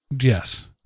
Yes